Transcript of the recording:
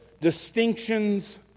distinctions